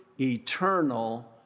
eternal